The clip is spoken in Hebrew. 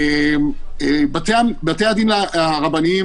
בתי הדין הרבניים,